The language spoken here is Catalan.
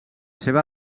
seva